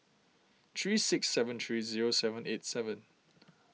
three six seven three zero seven eight seven